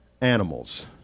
animals